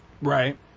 right